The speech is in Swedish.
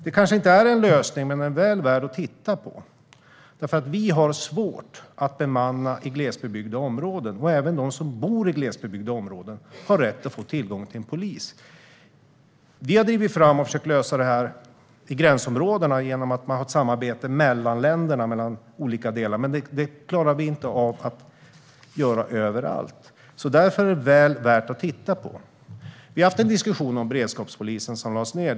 Det kanske inte är en lösning, men det är väl värt att titta på. Vi har nämligen svårt att bemanna i glesbebyggda områden, och även de som bor i sådana områden har rätt att få tillgång till polis. Vi har drivit fram ett försök till lösning i gränsområdena genom ett samarbete mellan länderna, men det klarar vi inte av att göra överallt. Därför är detta väl värt att titta på. Vi har haft en diskussion om beredskapspolisen som lades ned.